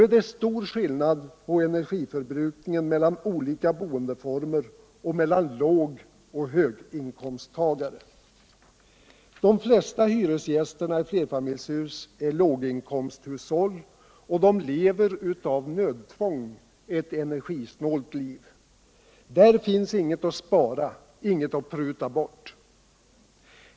När det gäller energiförbrukningen är skillnaden nu stor mellan olika boendeformer och mellan låg och höginkomsttagare. De flesta hyresgäster i flerfamiljshus består av låginkomsthushåll, och de lever av nödtvång ett energisnålt liv. Där finns inget att spara, inget att pruta bort.